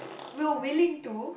will willing to